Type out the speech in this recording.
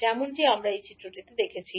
যেমনটি আমরা এই চিত্রটিতে দেখছি